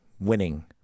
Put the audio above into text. Winning